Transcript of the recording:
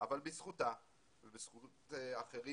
אבל בזכותה ובזכות אחרים,